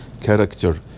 character